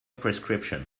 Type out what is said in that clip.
prescription